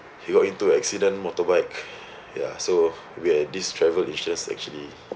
he got into accident motorbike ya so we have this travel insurance actually